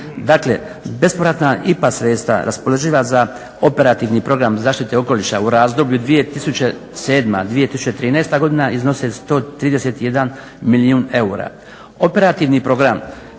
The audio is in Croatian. Dakle, bespovratna IPA sredstva raspoloživa za operativni program "Zaštita okoliša" u razdoblju 2007.- 2013. godina iznose 131 milijun eura.